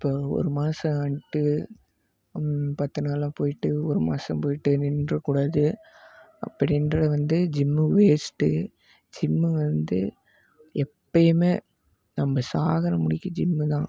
இப்போது ஒரு மாதம் வந்துட்டு பத்து நாளாக போயிட்டு ஒரு மாதம் போயிட்டு நின்றக்கூடாது அப்படின்ற வந்து ஜிம்மு வேஸ்ட்டு ஜிம்மு வந்து எப்போயுமே நம்ம சாகிற முடிக்கும் ஜிம்மு தான்